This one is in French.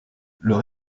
leur